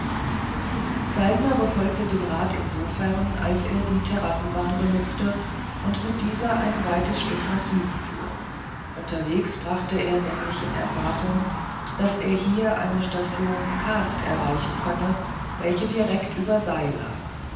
saltner befolgte den rat insofern als er die terrassenbahn benutzte und mit dieser ein weites stück nach süden fuhr unterwegs brachte er nämlich in erfahrung daß er hier eine station kast erreichen könne welche direkt über sei lag